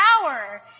power